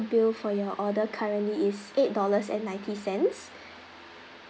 bill for your order currently is eight dollars and ninety cents